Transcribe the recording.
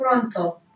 pronto